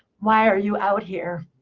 why are you out here?